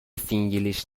فینگلیش